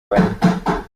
bane